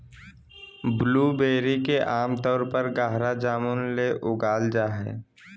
blueberry के आमतौर पर गहरा जामुन ले उगाल जा हइ